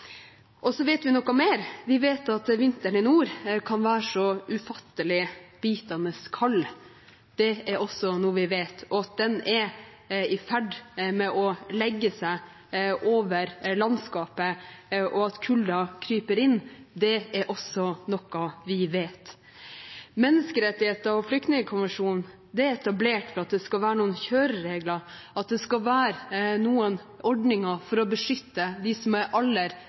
Og så vet vi noe mer. Vi vet at vinteren i nord kan være så ufattelig bitende kald – det er også noe vi vet. At den er i ferd med å legge seg over landskapet, og at kulden kryper inn, er også noe vi vet. Menneskerettigheter og Flyktningkonvensjonen er etablert for at det skal være noen kjøreregler, for at det skal være noen ordninger for å beskytte dem som er aller